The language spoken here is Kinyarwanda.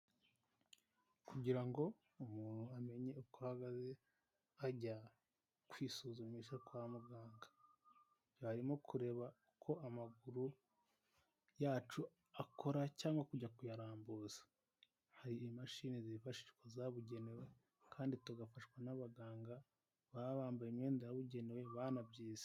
Kugira ngo umuntu amenye uko ahagaze ajya kwisuzumisha kwa muganga, barimo kureba uko amaguru yacu akora cyangwa kujya kuyarambuza, hari imashini zifashishwa zabugenewe kandi tugafashwa n'abaganga baba bambaye imyenda yabugenewe banabyize.